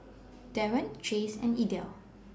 Daren Chase and Idell